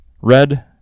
Red